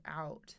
out